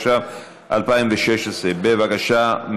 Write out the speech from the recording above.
התשע"ו 2016. בבקשה,